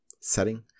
setting